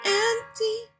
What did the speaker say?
empty